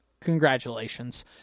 Congratulations